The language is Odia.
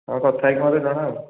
ହଁ କଥା ହେଇକି ମୋତେ ଜଣାଅ ଆଉ